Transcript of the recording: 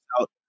out